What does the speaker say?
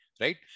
right